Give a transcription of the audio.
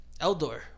Eldor